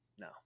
No